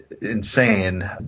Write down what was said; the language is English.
insane